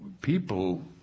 people